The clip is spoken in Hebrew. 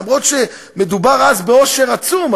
אומנם היה מדובר אז בעושר עצום,